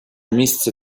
місце